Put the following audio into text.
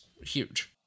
huge